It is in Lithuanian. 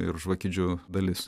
ir žvakidžių dalis